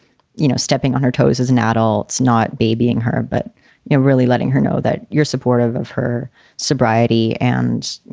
you know, stepping on her toes as an adult, not babying her. but you're really letting her know that you're supportive of her sobriety. and, you